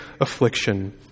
affliction